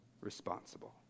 responsible